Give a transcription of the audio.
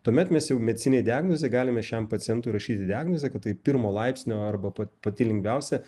tuomet mes jau medicininėj diagnozėj galime šiam pacientui rašyti diagnozę kad tai pirmo laipsnio arba pa pati lengviausia